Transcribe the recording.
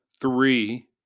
three